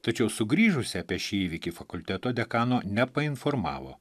tačiau sugrįžusi apie šį įvykį fakulteto dekano nepainformavo